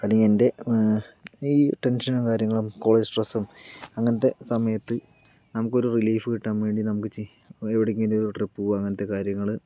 അല്ലെങ്കിൽ എൻ്റെ ഈ ടെൻഷനും കാര്യങ്ങളും കോളേജ് സ്ട്രെസും അങ്ങനത്തെ സമയത്ത് നമുക്ക് ഒരു റിലീഫ് കിട്ടാൻ വേണ്ടി നമുക്ക് ചെയ്യാൻ എവിടേക്കെങ്കിലും ഒരു ട്രിപ്പ് പോകാൻ അങ്ങനത്തെ കാര്യങ്ങൾ